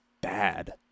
bad